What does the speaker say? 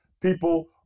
people